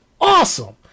awesome